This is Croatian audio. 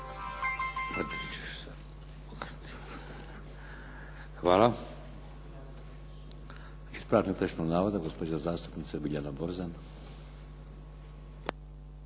Hvala. Ispravak netočnog navoda, gospođa zastupnica Biljana Borzan.